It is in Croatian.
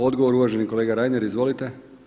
Odgovor uvaženi kolega Reiner, izvolite.